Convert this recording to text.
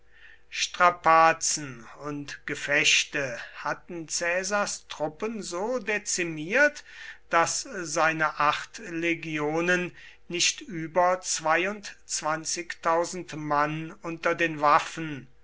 strapazen und gefechte hatten caesars truppen so dezimiert daß seine acht legionen nicht über mann unter den waffen